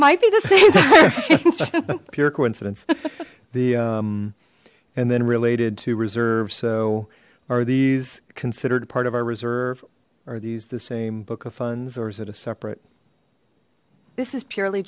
same pure coincidence the and then related to reserve so are these considered part of our reserve are these the same book of funds or is it a separate this is purely